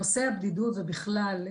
נושא הבדידות ובכלל,